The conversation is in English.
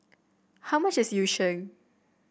how much is Yu Sheng